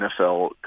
NFL